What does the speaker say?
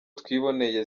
twiboneye